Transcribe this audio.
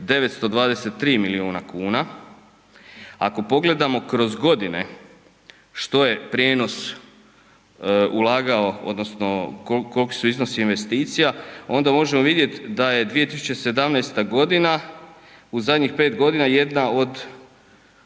923 milijuna kuna. Ako pogledamo kroz godine, što je prijenos ulagao odnosno koliki su iznosi investicija, onda možemo vidjeti da je 2017. godina u zadnjih 5 godina jedna od